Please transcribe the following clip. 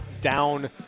down